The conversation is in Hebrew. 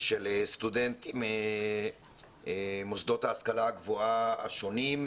של סטודנטים מהמוסדות להשכלה הגבוהים השונים,